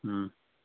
ꯎꯝ